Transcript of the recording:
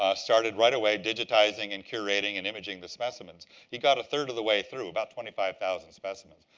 ah started right away digitizing and curating and imaging the specimens. he got a third of the way through, about twenty five thousand specimens.